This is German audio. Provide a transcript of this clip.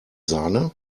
sahne